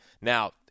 Now